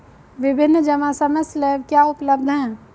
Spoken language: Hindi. विभिन्न जमा समय स्लैब क्या उपलब्ध हैं?